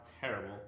terrible